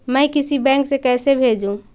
मैं किसी बैंक से कैसे भेजेऊ